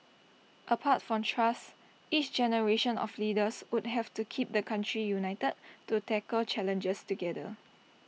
apart from trust each generation of leaders would have to keep the country united to tackle challenges together